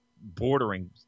Bordering